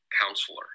Counselor